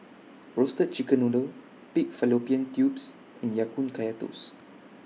Roasted Chicken Noodle Pig Fallopian Tubes and Ya Kun Kaya Toast